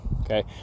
Okay